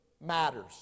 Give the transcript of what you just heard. matters